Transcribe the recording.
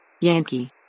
Yankee